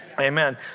Amen